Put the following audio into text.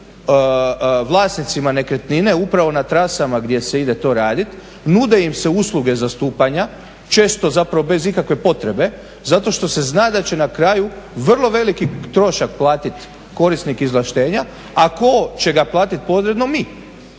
vlasnicima nekretnine upravo na trasama gdje se ide to raditi, nude im se usluge zastupanja, često zapravo bez ikakve potrebe, zato što se zna da će na kraju vrlo veliki trošak platiti korisnik izvlaštenja, a tko će ga platiti …? Mi,